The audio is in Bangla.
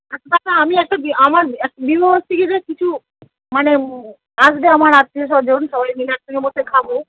আচ্ছা আচ্ছা আমি একটা বি আমার একটা বিবাহ বার্ষিকীতে কিছু মানে আসবে আমার আত্মীয়স্বজন সবাই মিলে একসঙ্গে বসে খাব